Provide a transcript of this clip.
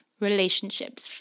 relationships